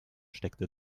steckte